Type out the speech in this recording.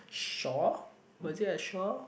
Shaw was it at Shaw